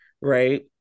right